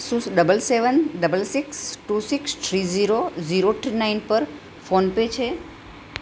શું double seven double six two six three zero zero nine પર PhonePe છે